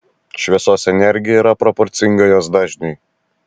šviesos energija yra proporcinga jos dažniui